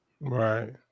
Right